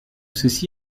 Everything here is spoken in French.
ceci